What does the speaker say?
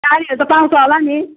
गाडीहरू त पाउँछ होला नि